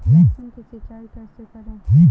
लहसुन की सिंचाई कैसे करें?